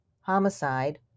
homicide